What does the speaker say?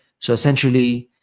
so, essentially,